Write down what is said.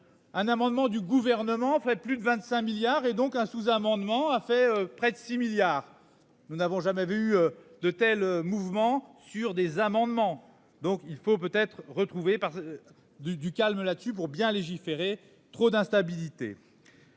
Un amendement du gouvernement fait plus de 25 milliards et donc un sous-amendement a fait près de 6 milliards. Nous n'avons jamais vu de tels mouvements sur des amendements. Donc il faut peut être retrouvé par. Du du calme là dessus pour bien légiférer trop d'instabilité.--